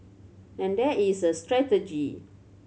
and there is a strategy